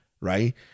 right